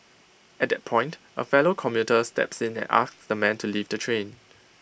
at that point A fellow commuter steps in and asks the man to leave the train